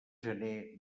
gener